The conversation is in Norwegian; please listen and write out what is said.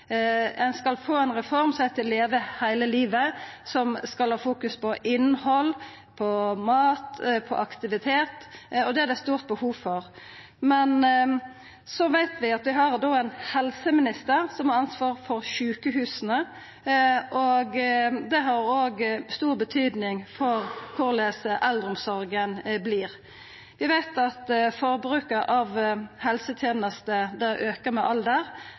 ein reform som heiter «Leve hele livet», som skal fokusera på innhald, mat og aktivitet, og det er det stort behov for. Men vi veit at vi har ein helseminister, som har ansvaret for sjukehusa. Dei har òg mykje å seia for korleis eldreomsorga vert. Vi veit at forbruket av helsetenester aukar med